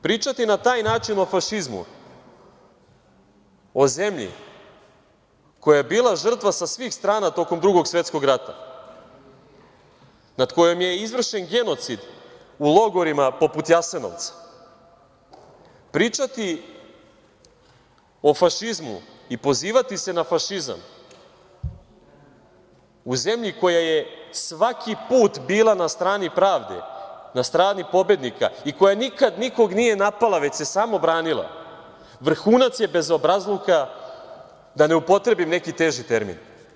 Pričati na taj način o fašizmu, o zemlji koja je bila žrtva sa svih strana tokom Drugog svetskog rata, nad kojom je izvršen genocid u logorima poput Jasenovca, pričati o fašizmu i pozivati se na fašizam u zemlji koja je svaki put bila na strani pravde, na strani pobednika i koja nikad nikog nije napala, već se samo branila, vrhunac je bezobrazluka, da ne upotrebim neki teži termin.